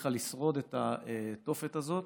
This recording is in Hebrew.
הצליחה לשרוד את התופת הזאת.